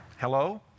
Hello